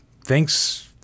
thanks